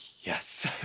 Yes